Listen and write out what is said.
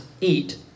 eat